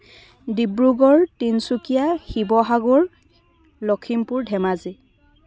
Dibrugarh Tinsukia Sivasagar Lakhimpur Dhemaji